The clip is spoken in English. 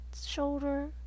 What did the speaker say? shoulder